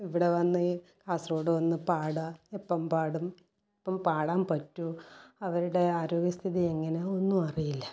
ഇവിടെ വന്ന് ഈ കാസർഗോഡ് വന്ന് പാടുക എപ്പം പാടും പാടാൻ പറ്റുമോ അവരുടെ ആരോഗ്യസ്ഥിതി എങ്ങനെയാണ് ഒന്നുമറിയില്ല